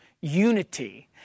unity